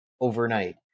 overnight